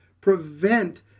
prevent